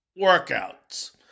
workouts